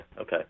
Okay